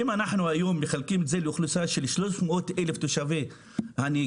אם אנחנו היום מחלקים את זה לאוכלוסייה של 300,000 תושבי הנגב,